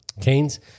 Cane's